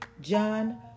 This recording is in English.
John